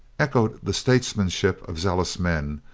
echoed the statesmanship of zealous men,